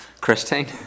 Christine